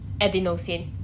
adenosine